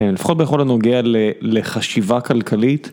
לפחות בכל הנוגע לחשיבה כלכלית.